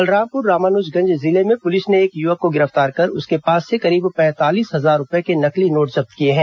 बलरामपुर रामानुजगंज जिले में पुलिस ने एक युवक को गिरफ्तार कर उसके पास से करीब पैंतालीस हजार रूपये के नकली नोट जब्त किए हैं